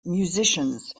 musicians